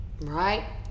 Right